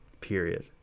Period